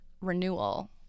renewal